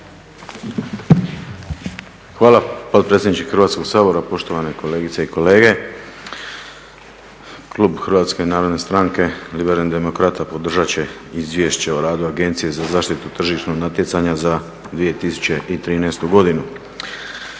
Hvala potpredsjedniče Hrvatskog sabora, poštovane kolegice i kolege. Klub HNS-a podržat će Izvješće o radu Agencije za zaštitu tržišnog natjecanja za 2013. godinu.